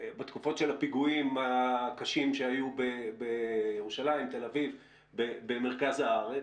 בתקופות הפיגועים הקשים שהיו בירושלים ותל אביב ומרכז הארץ,